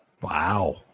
Wow